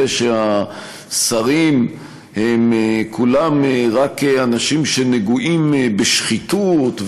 שהשרים כולם הם רק אנשים שנגועים בשחיתות,